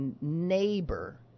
neighbor